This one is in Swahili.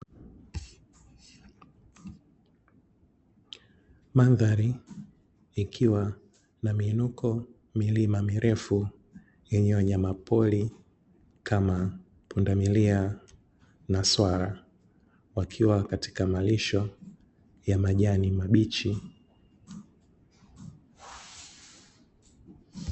Mandhari ikiwa na miinuko, milima mirefu yenye wanyamapori; kama pundamilia na swala, wakiwa katika malisho ya majani mabichi.